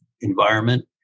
environment